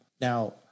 Now